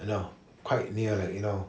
you know quite near and you know